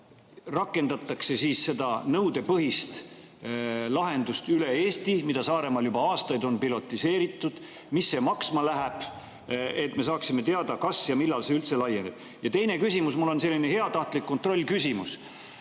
rakendatakse seda nõudepõhist lahendust üle Eesti, mida Saaremaal juba aastaid on piloteeritud? Mis see maksma läheb? Me tahaksime teada, kas ja millal see üldse laieneb. Teine küsimus on mul selline heatahtlik kontrollküsimus,